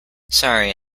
sorry